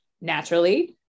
naturally